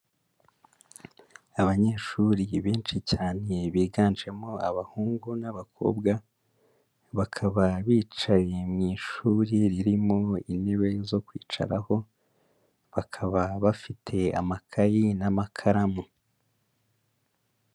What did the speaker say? Abanyeshuri benshi cyane biganjemo abahungu n'abakobwa, bakaba bicaye mu ishuri ririmo intebe zo kwicaraho, bakaba bafite amakayi n'amakaramu.